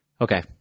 okay